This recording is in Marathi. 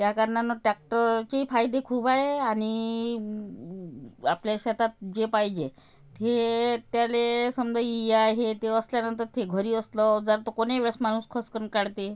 त्या कारणानं टॅक्टरची फायदे खूप आहे आणि आपल्या शेतात जे पाहिजे हे त्याला समदही ह्या हे ते असल्यानंतर ते घरी असलं जर तो कोणी व्यस्त माणूस घसकण काढते